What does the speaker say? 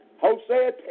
Hosea